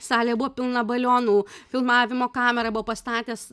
salė buvo pilna balionų filmavimo kamerą buvo pastatęs